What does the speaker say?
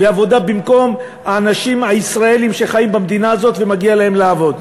עבודה במקום האנשים הישראלים שחיים במדינה הזאת ומגיע להם לעבוד.